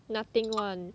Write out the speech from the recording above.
nothing [one]